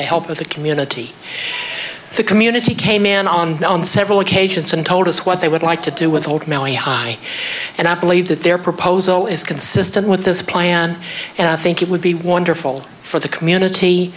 the help of the community the community came in on several occasions and told us what they would like to do with ultimately high and i believe that their proposal is consistent with this plan and i think it would be wonderful for the community